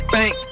Bank